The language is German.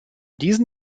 diesen